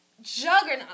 juggernaut